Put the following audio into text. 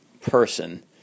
person